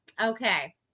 Okay